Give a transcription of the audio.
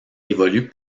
évolue